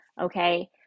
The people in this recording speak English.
okay